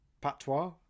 patois